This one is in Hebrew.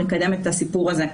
לקדם את הסיפור הזה,